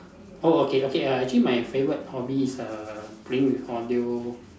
oh okay okay uh actually my favourite hobby is err playing with audio